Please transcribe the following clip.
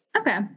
Okay